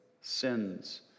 sins